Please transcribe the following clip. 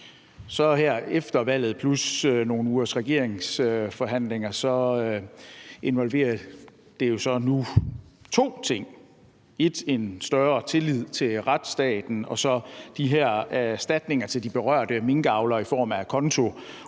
Her efter valget, plus nogle ugers regeringsforhandlinger, involverer det jo så nu to ting: 1) en større tillid til retsstaten og 2) de her erstatninger til de berørte minkavlere i form af a